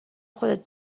خودت